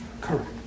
Correct